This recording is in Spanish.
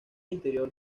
interior